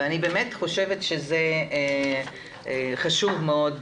ואני באמת חושבת שחשוב מאוד